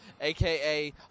aka